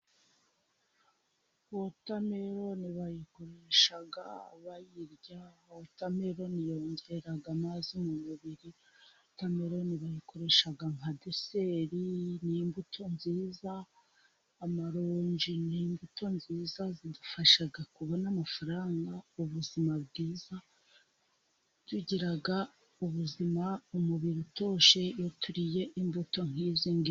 Wotameloni bayikoresha bayirya, wotameloni yongera amazi mu mubiri ,wotameloni bayikoresha nka deseri ni imbuto nziza, amaronji ni imbuto nziza zidufasha kubona amafaranga, ubuzima bwiza , tugira ubuzima umubiri utoshye iyo turiye imbuto nk'izo ngizo.